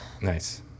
Nice